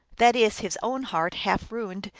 that is, his own heart, half ruined,